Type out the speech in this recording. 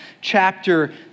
chapter